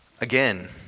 again